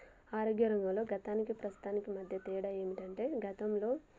ఆరోగ్య రంగంలో గతానికి ప్రస్తుతానికి మధ్య తేడా ఏమిటంటే గతంలో